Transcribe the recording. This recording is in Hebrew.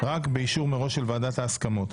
רק באישור מראש של ועדת ההסכמות.